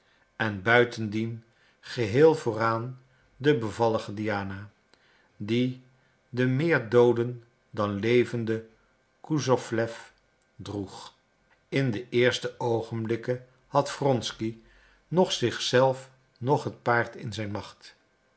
en buitendien geheel vooraan de bevallige diana die den meer dooden dan levenden kusowlew droeg in de eerste oogenblikken had wronsky noch zich zelf noch het paard in zijn macht